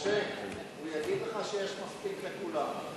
משה, הוא יגיד לך שיש מספיק לכולם.